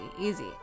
easy